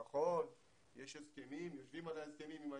נכון, יש הסכמים, יושבים על ההסכמים על ההסתדרות,